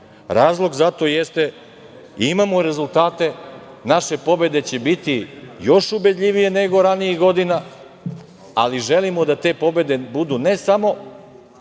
Razlog za to jeste - imamo rezultate. Naše pobede će biti još ubedljivije nego ranijih godina, ali želimo da te pobede budu ne samo